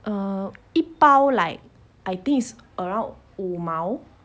err 一包 like I think is around 五毛